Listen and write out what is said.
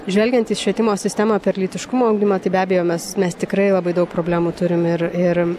žvelgiant į švietimo sistemą per lytiškumo ugdymą tai be abejo mes mes tikrai labai daug problemų turime ir ir